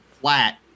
flat